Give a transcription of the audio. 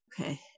okay